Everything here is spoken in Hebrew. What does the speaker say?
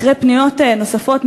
אחרי פניות נוספות,